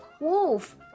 wolf